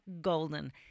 golden